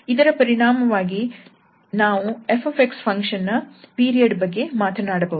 ಇದರ ಪರಿಣಾಮವಾಗಿ ನಾವು 𝑓𝑥 ಫಂಕ್ಷನ್ ನ ಪೀರಿಯಡ್ ಬಗ್ಗೆ ಮಾತನಾಡಬಹುದು